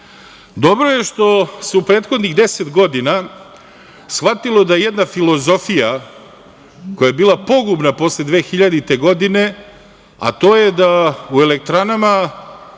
angro. Dobro je što se u prethodnih deset godina shvatilo da jedna filozofija, koja je bila pogubna posle 2000. godine, a to je da u elektranama